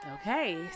okay